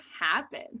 happen